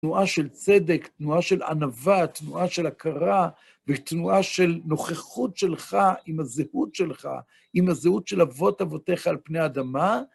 תנועה של צדק, תנועה של ענווה, תנועה של הכרה, ותנועה של נוכחות שלך עם הזהות שלך, עם הזהות של אבות אבותיך על פני האדמה.